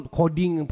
coding